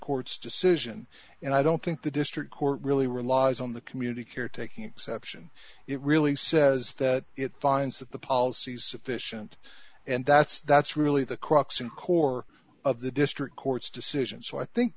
court's decision and i don't think the district court really relies on the community care taking exception it really says that it finds that the policies sufficient and that's that's really the crux and core of the district court's decision so i think